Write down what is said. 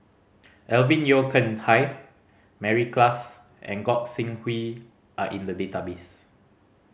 Alvin Yeo Khirn Hai Mary Klass and Gog Sing Hooi are in the database